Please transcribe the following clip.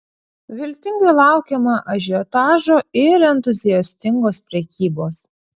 viltingai laukiama ažiotažo ir entuziastingos prekybos